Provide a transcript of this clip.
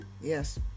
Yes